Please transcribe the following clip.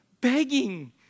begging